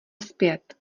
zpět